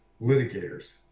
litigators